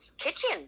kitchen